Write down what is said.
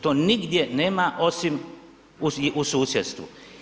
To nigdje nema osim u susjedstvu.